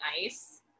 ice